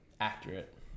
accurate